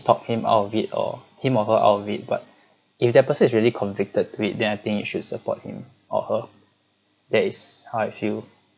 talk him out of it or him or her out of it but if that person is really convicted to it then I think you should support him or her that is how I feel